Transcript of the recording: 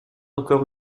encore